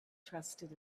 trusted